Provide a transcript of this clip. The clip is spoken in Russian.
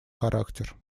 характер